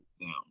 down